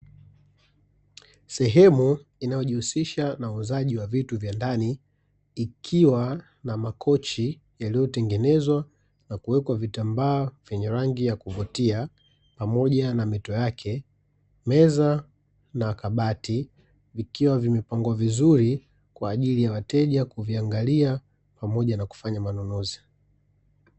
Sehemu inayojihusisha na uuzaji wa vitu vya ndani ikiwa na makochi yaliyotengenezwa na kuwekwa vitambaa vyenye rangi ya kuvutia, pamoja na mito yake. Meza pamoja na kabati vikiwa vimepangwa vizuri, kwaajili ya wateja kuviangalia pamoja na kufanya manunuzi.